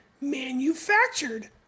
manufactured